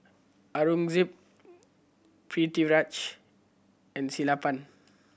Aurangzeb Pritiviraj and Sellapan